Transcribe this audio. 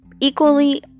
equally